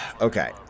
Okay